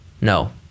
no